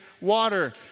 water